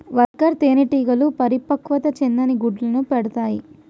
worker తేనెటీగలు పరిపక్వత చెందని గుడ్లను పెడతాయి